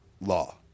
law